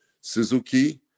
Suzuki